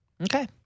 Okay